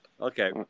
Okay